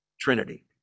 trinity